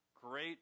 Great